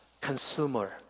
consumer